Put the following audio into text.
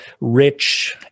rich